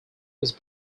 was